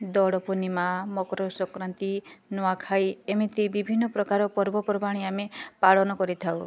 ଦୋଳ ପୁର୍ଣ୍ଣିମା ମକର ସଂକ୍ରାନ୍ତି ନୂଆଖାଇ ଏମିତି ବିଭିନ୍ନ ପ୍ରକାର ପର୍ବପର୍ବାଣି ଆମେ ପାଳନ କରିଥାଉ